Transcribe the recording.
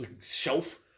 shelf